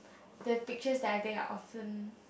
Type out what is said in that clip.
the pictures that I take are awesome